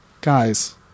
Guys